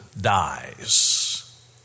dies